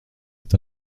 est